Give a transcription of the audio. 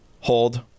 hold